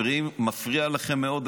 מפריע לכם מאוד,